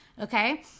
okay